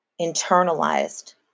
internalized